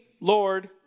Lord